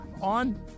on